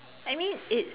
I mean it